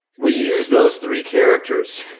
we use those three characters